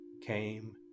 came